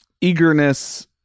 eagerness